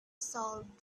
salt